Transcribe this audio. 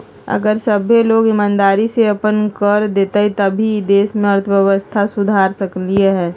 अगर सभ्भे लोग ईमानदारी से अप्पन कर देतई तभीए ई देश के अर्थव्यवस्था सुधर सकलई ह